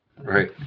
right